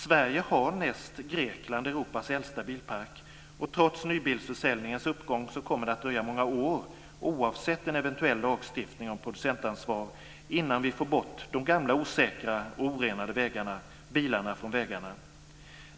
Sverige har näst Grekland Europas äldsta bilpark, och trots nybilsförsäljningens uppgång kommer det att dröja många år, oavsett om det blir en lagstiftning om producentansvar eller ej, innan vi får bort de gamla osäkra och orenade bilarna från vägarna.